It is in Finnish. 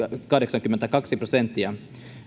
kahdeksankymmentäkaksi prosenttia